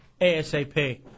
asap